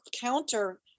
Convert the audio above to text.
counter